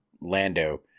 Lando